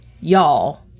y'all